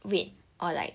wait or like